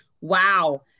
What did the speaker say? Wow